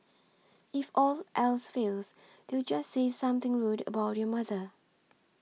if all else fails they'd just say something rude about your mother